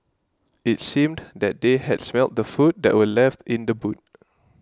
it seemed that they had smelt the food that were left in the boot